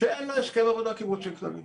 שאין לה הסכם עבודה קיבוצי כללי.